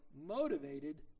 motivated